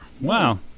Wow